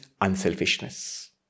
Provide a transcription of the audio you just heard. unselfishness